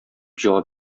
җавап